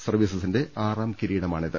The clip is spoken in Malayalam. സർവീസസിന്റെ ആറാം കിരീടമാണിത്